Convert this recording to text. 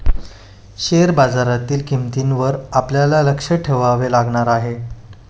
share बाजारातील किंमतींवर आपल्याला लक्ष ठेवावे लागणार आहे